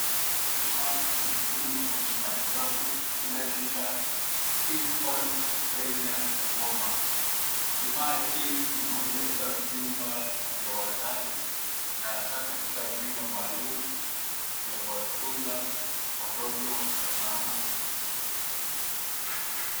Kifaa cha muhimu cha kimatibabu kinachoitwa (cs)Infant Radiant Warmer(cs). Kifaa hiki ni muhimu katika vyumba vya wazazi, na hasaa katika vyumba maalum vya kuwatunza watoto wachanga.